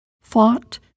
fought